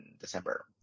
December